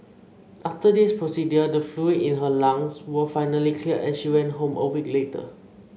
after this procedure the fluid in her lungs were finally cleared and she went home a week later